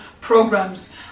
programs